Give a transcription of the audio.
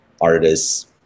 artists